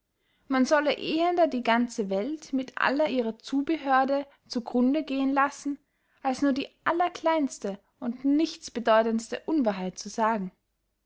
man solle ehender die ganze welt mit aller ihrer zubehörde zu grunde gehen lassen als nur die allerkleinste und nichtsbedeutendste unwahrheit sagen